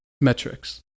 metrics